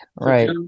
right